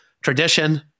tradition